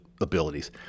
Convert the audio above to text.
abilities